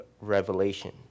revelation